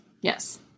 Yes